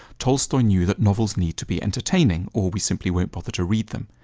tolstoy knew that novels need to be entertaining, or we simply won't bother to read them.